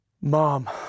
mom